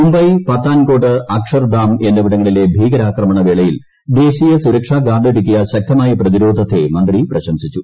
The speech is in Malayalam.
മുംബൈ പത്താൻകോട്ട് അക്ഷർധാം എന്നിവിടങ്ങളിലെ ഭീകരാക്രമണവേളയിൽ ദേശീയ സുരക്ഷാ ഗാർഡ് ഒരുക്കിയ ശക്തമായ പ്രതിരോധത്തെ മന്ത്രി പ്രശംസിച്ചു